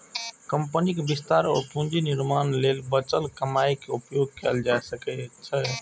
कंपनीक विस्तार और पूंजी निर्माण लेल बचल कमाइ के उपयोग कैल जा सकै छै